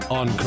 on